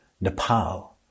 Nepal